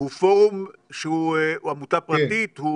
הוא פורום שהוא עמותה פרטית?